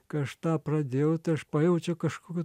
kai aš tą pradėjau tai aš pajaučiau kažkokiu